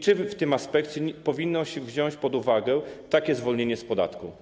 Czy w tym aspekcie powinno się wziąć pod uwagę zwolnienie z podatku?